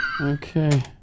Okay